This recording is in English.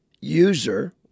user